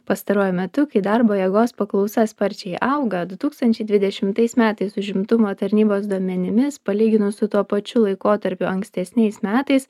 pastaruoju metu kai darbo jėgos paklausa sparčiai auga du tūkstančiai dvidešimtais metais užimtumo tarnybos duomenimis palyginus su tuo pačiu laikotarpiu ankstesniais metais